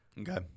Okay